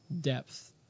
depth